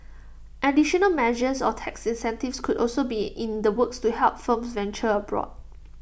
additional measures or tax incentives could also be in the works to help firms venture abroad